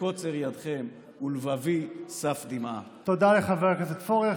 בקוצר ידכם ולבבי סף דמעה." תודה לחבר הכנסת פורר.